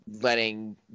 letting